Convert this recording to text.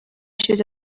should